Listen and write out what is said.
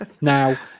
Now